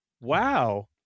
Wow